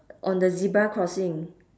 on the zebra crossing